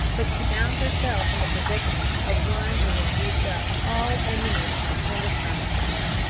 but she found herself in the predicament of one who has used up all ammunition on the skirmish-line,